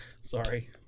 Sorry